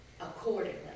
accordingly